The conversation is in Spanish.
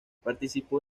participó